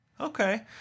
okay